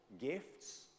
gifts